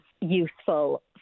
useful